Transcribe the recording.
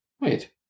Wait